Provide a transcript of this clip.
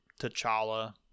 T'Challa